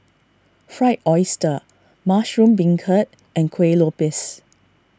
Fried Oyster Mushroom Beancurd and Kuih Lopes